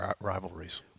rivalries